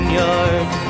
yard